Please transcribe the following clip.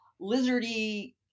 lizardy